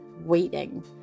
waiting